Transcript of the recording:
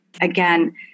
again